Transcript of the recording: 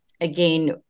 again